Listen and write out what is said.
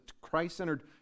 Christ-centered